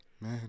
Man